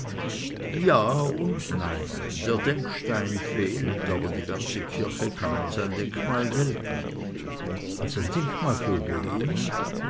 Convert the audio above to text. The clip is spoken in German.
ja und nein der denkstein fehlt aber die ganze kirche kann als ein denkmal gelten als ein denkmal für wen